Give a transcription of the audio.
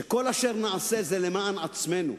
וכל אשר נעשה זה למען עצמנו,